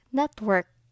network